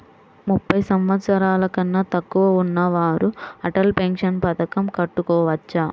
ముప్పై సంవత్సరాలకన్నా తక్కువ ఉన్నవారు అటల్ పెన్షన్ పథకం కట్టుకోవచ్చా?